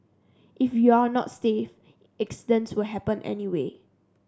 if you're not safe accidents will happen anyway